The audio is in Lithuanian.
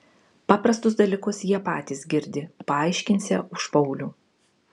paprastus dalykus jie patys girdi paaiškinsią už paulių